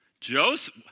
Joseph